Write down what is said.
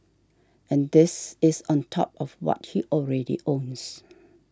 and this is on top of what he already owns